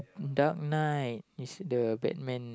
Dark Knight is the Batman